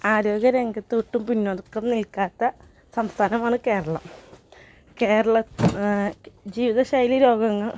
ആരോഗ്യ രംഗത്ത് ഒട്ടും പിന്നോക്കം നിൽക്കാത്ത സംസ്ഥാനമാണ് കേരളം കേരള ജീവിതശൈലി രോഗങ്ങൾ